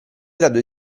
grado